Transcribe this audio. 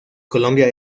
colombia